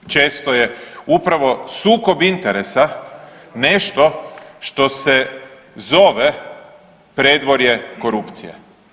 Često je upravo sukob interesa nešto što se zove predvorje korupcije.